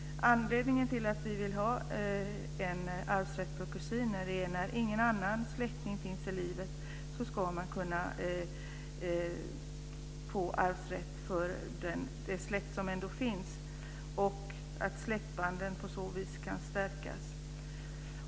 Anledningen till att vi vill ha arvsrätt för kusiner är att när ingen annan släkting finns i livet ska man kunna få arvsrätt för den släkt som ändå finns. På så vis kan släktbanden stärkas.